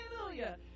Hallelujah